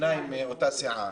שניים מאותה סיעה.